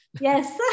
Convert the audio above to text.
yes